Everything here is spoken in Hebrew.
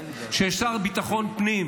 כשיש שר לביטחון פנים,